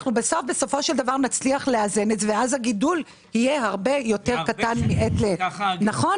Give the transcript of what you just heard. בסופו של דבר נצליח לאזן את זה ואז הגידול יהיה הרבה יותר קטן מעת לעת.